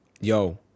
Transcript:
Yo